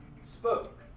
spoke